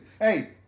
Hey